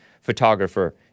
photographer